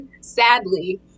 sadly